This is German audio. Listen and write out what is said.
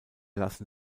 lassen